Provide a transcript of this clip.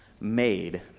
made